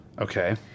Okay